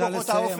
בבקשה לסיים,